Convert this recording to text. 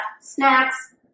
snacks